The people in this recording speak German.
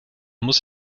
muss